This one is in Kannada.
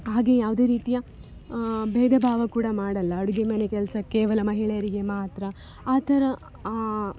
ಹಾಗೇ ಯಾವುದೇ ರೀತಿಯ ಭೇದ ಭಾವ ಕೂಡ ಮಾಡಲ್ಲ ಅಡುಗೆ ಮನೆ ಕೆಲಸ ಕೇವಲ ಮಹಿಳೆಯರಿಗೆ ಮಾತ್ರ ಆ ಥರ ಆ